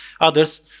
others